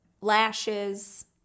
lashes